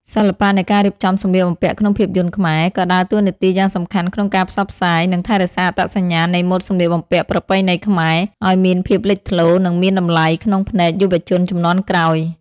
សិល្បៈនៃការរៀបចំសម្លៀកបំពាក់ក្នុងភាពយន្តខ្មែរ ក៏ដើរតួនាទីយ៉ាងសំខាន់ក្នុងការផ្សព្វផ្សាយ និងថែរក្សាអត្តសញ្ញាណនៃម៉ូដសម្លៀកបំពាក់ប្រពៃណីខ្មែរឱ្យមានភាពលេចធ្លោ និងមានតម្លៃក្នុងភ្នែកយុវជនជំនាន់ក្រោយ។